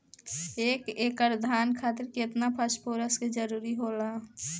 एक एकड़ धान खातीर केतना फास्फोरस के जरूरी होला?